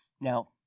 Now